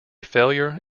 failure